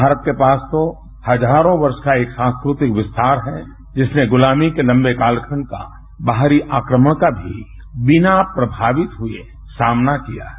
भारत के पास तो हजारों वर्ष का एक सांस्कृतिक विस्तार है जिसने गुलामी के लंबे कालखंड का बाहरी आक्रमण का भी बिना प्रभावित हुए सामना किया है